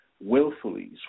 willfully